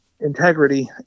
integrity